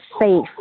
safe